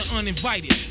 uninvited